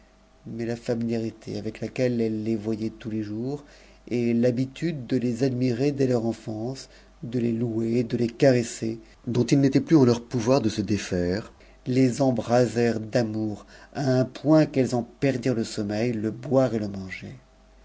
mais la familiantc a laquelle elles les voyaient tous les jours et l'habitude de tesad'nn'e m enfance de les louer de les caresser dont il n'éta t plus en leur oir de se défaire les embrasèrent d'amour un point qu'elles en tirent le sommeil le boire et le manger